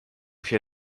się